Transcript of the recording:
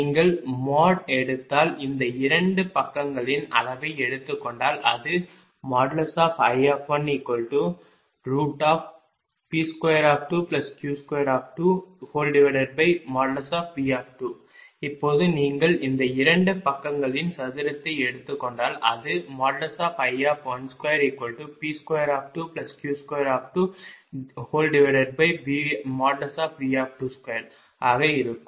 நீங்கள் மோட் எடுத்தால் இந்த இரண்டு பக்கங்களின் அளவை எடுத்துக் கொண்டால் அது |I1|P22Q2|V| இப்போது நீங்கள் இந்த இரண்டு பக்கங்களின் சதுரத்தை எடுத்துக் கொண்டால் அது I12P22Q2V22 ஆக இருக்கும்